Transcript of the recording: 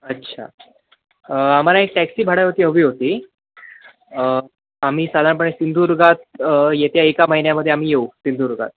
अच्छा आम्हाला एक टॅक्सी भाड्यावरती हवी होती आम्ही साधारणपणे सिंधुदुर्गात येत्या एका महिन्यामध्ये आम्ही येऊ सिंधुदुर्गात